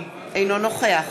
אינו נוכח